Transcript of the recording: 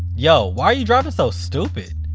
yo why are you driving so stupid,